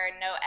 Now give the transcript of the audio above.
no